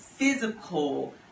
physical